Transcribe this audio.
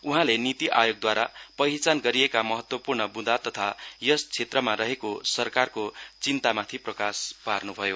उहाँले निती आयोगद्वारा पहिचान गरिएका महत्तवपूर्ण बुँदा तथा यस क्षेत्रमा रहेको सरकारको चिन्तामाथि प्रकाश पार्नु भयो